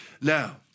Now